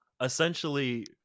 Essentially